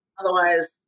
otherwise